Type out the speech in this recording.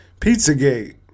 Pizzagate